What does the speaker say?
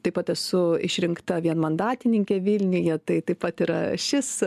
taip pat esu išrinkta vienmandatininkė vilniuje tai taip pat yra šis